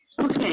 Okay